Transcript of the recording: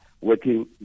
working